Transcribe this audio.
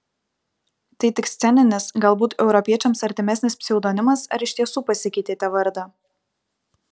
tai tik sceninis galbūt europiečiams artimesnis pseudonimas ar iš tiesų pasikeitėte vardą